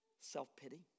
Self-pity